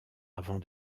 avant